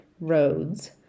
roads